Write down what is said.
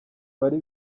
bari